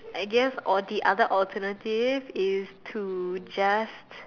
I guess or the other alternative is to just